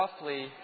roughly